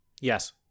Yes